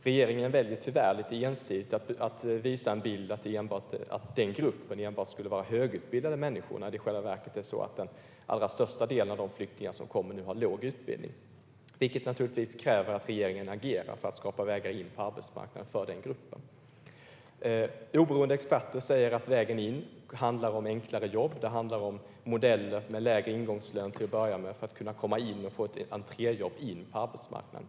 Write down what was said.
Regeringen väljer tyvärr lite ensidigt att visa bilden att det i den gruppen enbart skulle vara högutbildade människor, medan den allra största delen av de flyktingar som kommer nu i själva verket har låg utbildning, vilket naturligtvis kräver att regeringen agerar för att skapa vägar in på arbetsmarknaden för den gruppen. Oberoende experter säger att vägen in handlar om enklare jobb, modeller med lägre ingångslön till att börja med för att kunna komma in och få ett entréjobb in på arbetsmarknaden.